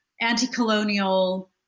anti-colonial